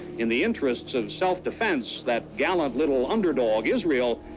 in the interests of self-defense, that gallant little underdog, israel,